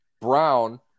Brown